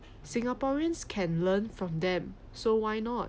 singaporeans can learn from them so why not